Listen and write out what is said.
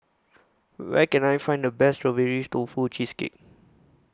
Where Can I Find The Best Strawberry Tofu Cheesecake